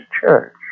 church